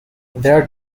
their